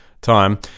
time